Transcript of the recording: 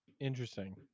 Interesting